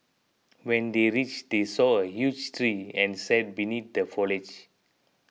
when they reached they saw a huge tree and sat beneath the foliage